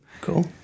cool